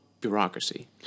bureaucracy